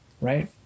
right